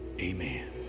amen